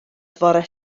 fore